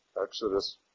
Exodus